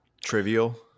trivial